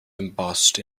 embossed